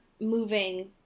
moving